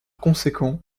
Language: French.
conséquent